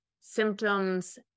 symptoms